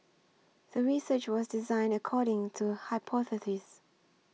the research was designed according to hypothesis